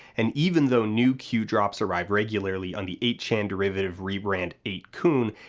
and even though new q drops arrive regularly on the eight chan derivative rebrand eight kun,